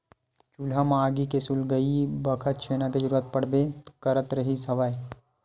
चूल्हा म आगी के सुलगई बखत छेना के जरुरत पड़बे करत रिहिस हवय